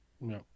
No